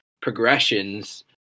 progressions